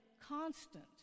constant